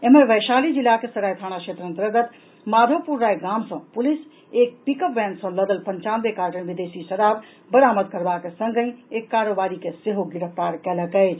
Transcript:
एम्हर वैशाली जिलाक सराय थाना क्षेत्र अंतर्गत माधोपुर राय गाम सॅ पुलिस एक पिकअप वैन पर लदल पंचानवे कार्टन विदेशी शराब बरामद करबाक संगहि एक कारोबारी के सेहो गिरफ्तार कयलक अछि